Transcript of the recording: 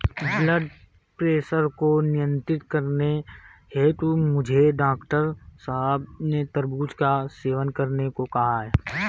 blood pressure को नियंत्रित करने हेतु मुझे डॉक्टर साहब ने तरबूज का सेवन करने को कहा है